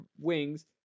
wings